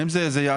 האם זה יעזור?